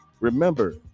Remember